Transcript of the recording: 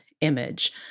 image